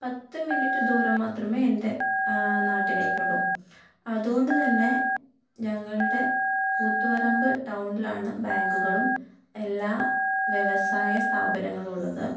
പത്ത് മിനുട്ട് ദൂരം മാത്രമേ എൻ്റെ നാട്ടിലേക്ക് ഉള്ളൂ അതുകൊണ്ടു തന്നെ ഞങ്ങളുടെ കൂത്തുപറമ്പ് ടൗണിലാണ് ബാങ്കുകളും എല്ലാ വ്യവസായ സ്ഥാപനങ്ങളും ഉള്ളത്